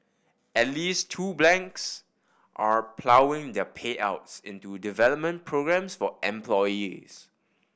at least two blanks are ploughing their payouts into development programmes for employees